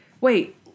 wait